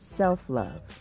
self-love